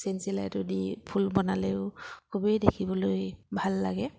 chain চিলাইটো দি ফুল বনালেও খুবেই দেখিবলৈ ভাল লাগে